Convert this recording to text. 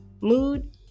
mood